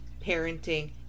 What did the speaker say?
parenting